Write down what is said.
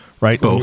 Right